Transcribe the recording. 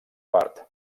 part